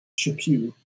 Chapu